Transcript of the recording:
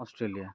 Australia